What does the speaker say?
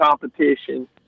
competition